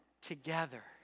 together